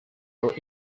are